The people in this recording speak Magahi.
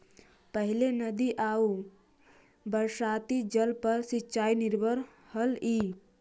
पहिले नदी आउ बरसाती जल पर सिंचाई निर्भर हलई